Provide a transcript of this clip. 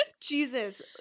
jesus